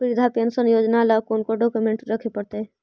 वृद्धा पेंसन योजना ल कोन कोन डाउकमेंट रखे पड़तै?